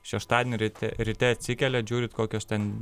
šeštadienio ryte ryte atsikeliat žiūrit kokios ten